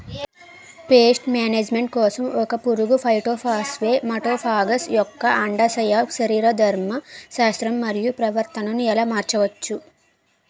Paste management కోసం ఒక పురుగు ఫైటోఫాగస్హె మటోఫాగస్ యెక్క అండాశయ శరీరధర్మ శాస్త్రం మరియు ప్రవర్తనను ఎలా మార్చచ్చు?